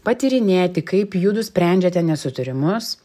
patyrinėti kaip judu sprendžiate nesutarimus